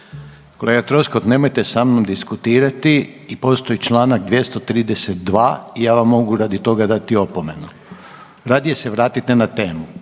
Kolega Troskot nemojte sa mnom diskutirati i postoji Članak 232. i ja vam mogu radi toga dati opomenu. Radije se vratite na temu.